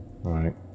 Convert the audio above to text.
Right